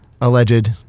alleged